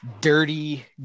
dirty